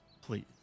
Please